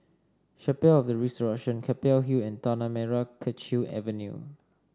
Chapel of The Resurrection Keppel Hill and Tanah Merah Kechil Avenue